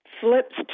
flips